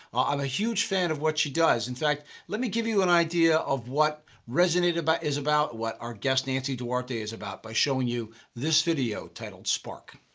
i'm a huge fan of what she does, in fact let me give you an idea of what resonate is about, what our guest nancy duarte is about by showing you this video titled spark.